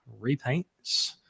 repaints